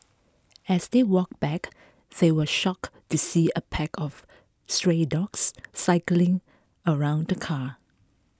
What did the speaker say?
as they walked back they were shocked to see a pack of stray dogs circling around the car